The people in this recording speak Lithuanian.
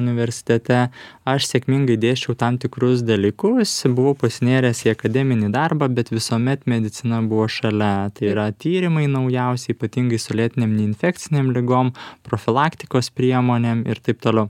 universitete aš sėkmingai dėsčiau tam tikrus dalykus buvau pasinėręs į akademinį darbą bet visuomet medicina buvo šalia yra tyrimai naujausi ypatingai su lėtinėm neinfekcinėm ligom profilaktikos priemonėm ir taip toliau